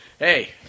Hey